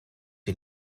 die